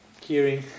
hearing